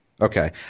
Okay